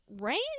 Rain